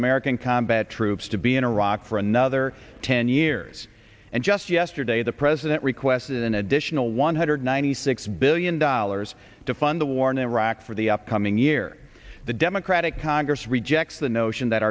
american combat troops to be in iraq for another ten years and just yesterday the president requested an additional one hundred ninety six billion dollars to fund the war in iraq for the upcoming year the democratic congress rejects the notion that